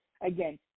again